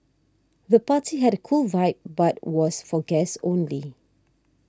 the party had a cool vibe but was for guests only